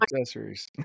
accessories